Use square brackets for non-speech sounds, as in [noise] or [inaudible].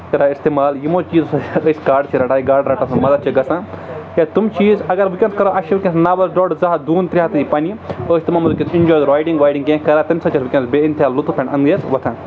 کران اِستعمال یِمو چیٖزو سۭتۍ أسۍ گاڈٕ چھِ رَٹان گاڈٕ رَٹان سُہ مَدَت چھِ گژھان یا تِم چیٖز اَگر وٕنۍکٮ۪نس کرو اَسہِ چھُ وٕنۍکٮ۪س نَوَس ڈۄڈ زٕ ہَتھ دوٗن ترٛےٚ ہَتھٕے پنٛنہِ ٲسۍ تِمن وٕنکٮ۪س چھِ رایڈِنٛگ وایڈِنٛگ کیٚنٛہہ کران تَمہِ سۭتۍ چھِ وٕنۍکٮ۪س بے اِنتہا لُطُف [unintelligible] وۄتھان